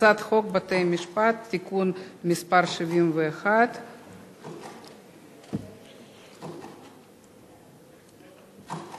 הצעת חוק בתי-המשפט (תיקון מס' 71). סעיף 1 נתקבל.